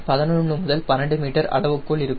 11 முதல் 12 மீட்டர் அளவுக்குள் இருக்கும்